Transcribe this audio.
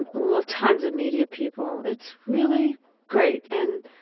and like tons of media people. it's really great. and